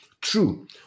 True